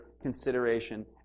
consideration